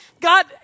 God